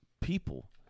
people